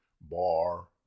bar